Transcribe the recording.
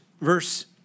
verse